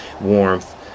warmth